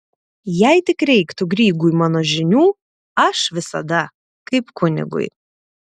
jei tik reiktų grygui mano žinių aš visada kaip kunigui